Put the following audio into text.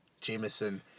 Jameson